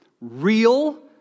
real